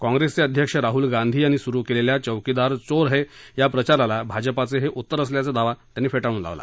काँग्रसचे अध्यक्ष राहुल गांधी यांनी सुरु केलेल्या चौकीदार चोर है या प्रचाराला भाजपाचं हे उत्तर असल्याचा दावा त्यांनी फेटाळून लावला